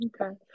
Okay